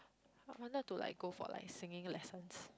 I wanted to like go for like singing lessons